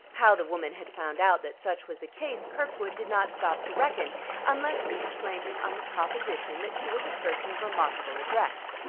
how the woman had found out that such was the case, kirkwood did not stop to reckon unless he explained it on the proposition that she was a person of remarkable address.